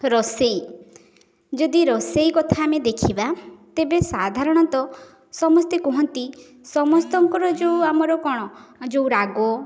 ରୋଷେଇ ଯଦି ରୋଷେଇ କଥା ଆମେ ଦେଖିବା ତେବେ ସାଧାରଣତଃ ସମସ୍ତେ କୁହନ୍ତି ସମସ୍ତଙ୍କର ଯେଉଁ ଆମର କ'ଣ ଯେଉଁ ରାଗ